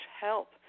help